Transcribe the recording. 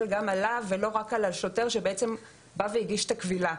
גם עליו ולא רק על השוטר שהגיש את הקבילה.